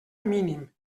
mínim